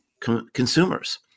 consumers